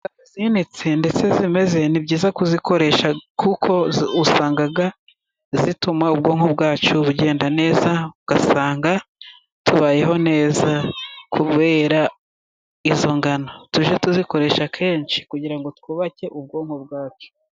Ingano zininitse ndetse zimeze, ni byiza kuzikoresha kuko usanga zituma ubwonko bwacu bugenda neza. ugasanga tubayeho neza kubera izo ngano. Tujye tuzikoresha kenshi kugira ngo twubake ubwonko bwacu